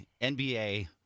NBA